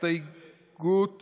הסתייגות